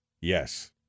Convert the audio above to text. Yes